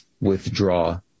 withdraw